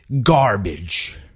garbage